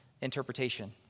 interpretation